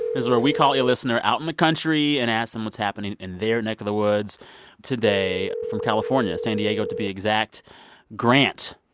it's where we call a listener out in the country and ask them what's happening in their neck of the woods today from california san diego to be exact grant,